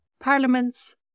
parliaments